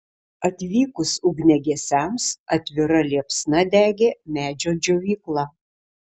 atvykus ugniagesiams atvira liepsna degė medžio džiovykla